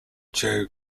joe